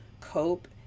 cope